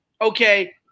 okay